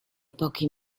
pochi